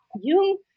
Jung